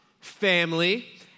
family